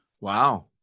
Wow